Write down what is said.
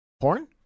Porn